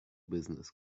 business